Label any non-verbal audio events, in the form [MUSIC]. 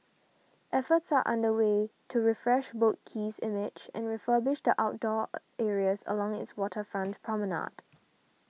efforts are under way to refresh Boat Quay's image and refurbish the outdoor [HESITATION] areas along its waterfront promenade